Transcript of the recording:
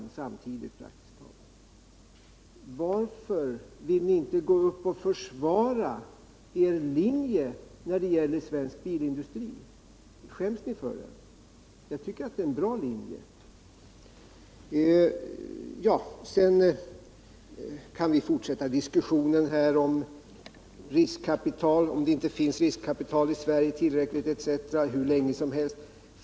Varför vill ni inte gå upp och försvara er linje när det gäller svensk bilindustri? Skäms ni för den? Jag tycker att det är en bra linje. Vi kan fortsätta diskussionen om det finns tillräckligt med riskkapital i Sverige hur länge som helst.